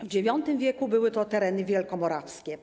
W IX w. były to tereny wielkomorawskie.